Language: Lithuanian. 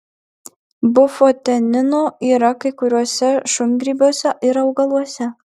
bufotenino yra kai kuriuose šungrybiuose ir augaluose